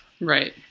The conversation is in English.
right